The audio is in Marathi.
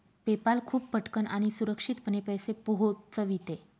पेपाल खूप पटकन आणि सुरक्षितपणे पैसे पोहोचविते